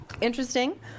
Interesting